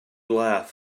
laugh